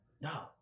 No